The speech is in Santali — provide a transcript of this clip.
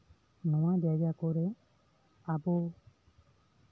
ᱱᱚᱣᱟ ᱡᱟᱭᱜᱟ ᱠᱚᱨᱮᱜ ᱟᱵᱚ